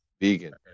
Vegan